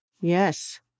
Yes